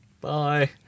Bye